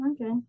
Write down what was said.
okay